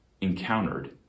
encountered